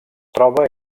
troba